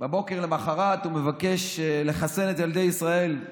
בבוקר למוחרת הוא מבקש לחסן את ילדי ישראל,